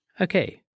Okay